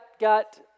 got